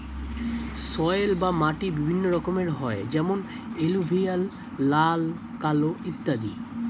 soil বা মাটি বিভিন্ন রকমের হয় যেমন এলুভিয়াল, লাল, কালো ইত্যাদি